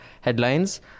headlines